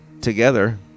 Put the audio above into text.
together